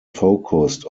focused